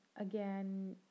again